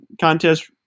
contest